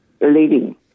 leading